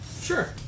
Sure